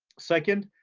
second,